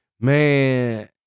man